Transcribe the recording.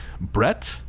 Brett